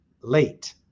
late